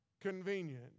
convenient